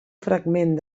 fragment